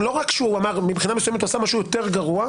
לא רק שהוא אמר אלא מבחינה מסוימת הוא עשה משהו יותר גרוע,